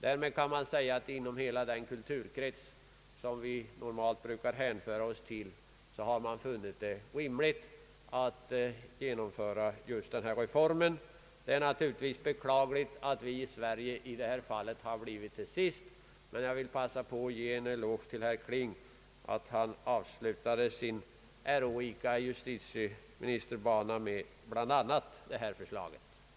Därmed har man, inom hela den kulturkrets som vi normalt brukar hänföra oss till, funnit det rimligt att genomföra just denna reform. Det är naturligtvis beklagligt att vi i Sverige i detta fall blivit sist. Jag vill emellertid passa på att ge en eloge till herr Kling för att han avslutade sin ärorika justitieministerbana med bl.a. detta förslag.